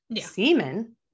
semen